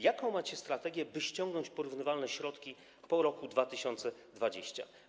Jaką macie strategię, by ściągnąć porównywalne środki po roku 2020?